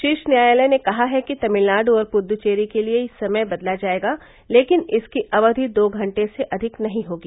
शीर्ष न्यायालय ने कहा है कि तमिलनाडु और पुद्दचेरी के लिए समय बदला जाएगा लेकिन इसकी अवधि दो घंटे से अधिक नहीं होगी